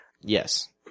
Yes